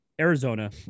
Arizona